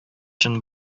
чын